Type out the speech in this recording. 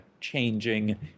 changing